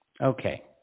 Okay